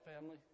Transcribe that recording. family